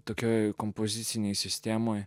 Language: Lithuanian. tokioje kompozicinėje sistemoje